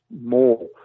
more